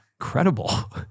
Incredible